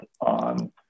on